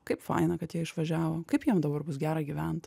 kaip faina kad jie išvažiavo kaip jiem dabar bus gera gyvent